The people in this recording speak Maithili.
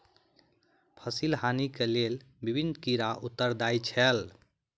फसिल हानि के लेल विभिन्न कीड़ा उत्तरदायी छल